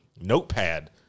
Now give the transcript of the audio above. notepad